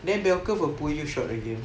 then bell curve will pull you short again